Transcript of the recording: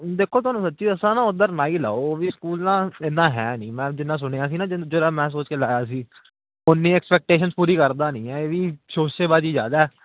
ਦੇਖੋ ਤੁਹਾਨੂੰ ਸੱਚੀ ਦੱਸਾਂ ਨਾ ਉਧਰ ਨਾ ਹੀ ਲਾਇਓ ਉਹ ਵੀ ਸਕੂਲ ਨਾ ਇੰਨਾ ਹੈ ਨਹੀਂ ਮੈਂ ਜਿੰਨਾ ਸੁਣਿਆ ਸੀ ਨਾ ਜਿਹੜਾ ਮੈਂ ਸੋਚ ਕੇ ਲਾਇਆ ਸੀ ਉੰਨੀ ਐਕਸਪੇਕਟੇਸ਼ਨਸ ਪੂਰੀ ਕਰਦਾ ਨਹੀਂ ਹੈ ਇਹ ਵੀ ਸ਼ੋਸ਼ੇਬਾਜੀ ਜ਼ਿਆਦਾ ਹੈ